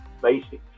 basic